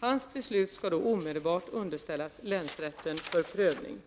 Hans beslut skall då omedelbart underställas länsrätten för prövning.